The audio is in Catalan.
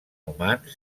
humans